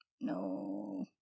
No